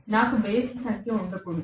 నాకు బేసి సంఖ్య ఉండకూడదు